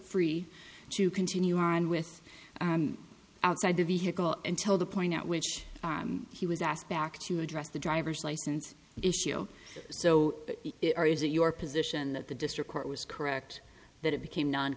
free to continue on with outside the vehicle and tell the point at which he was asked back to address the driver's license issue so far is that your position that the district court was correct that it became non